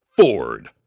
Ford